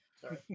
sorry